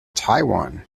taiwan